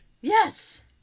Yes